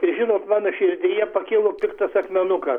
ir žinot mano širdyje pakilo piktas akmenukas